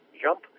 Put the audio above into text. jump